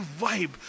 vibe